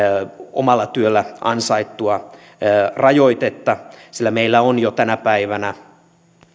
omalla työllä ansaittua rajoitetta sillä meillä on jo tänä päivänä